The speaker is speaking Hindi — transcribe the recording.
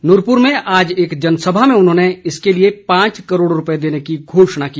नूरपुर में आज एक जनसभा में उन्होंने इसके लिए पांच करोड़ रुपये देने की घोषणा की